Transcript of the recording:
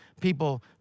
people